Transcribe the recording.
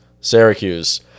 Syracuse